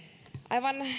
aivan